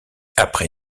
après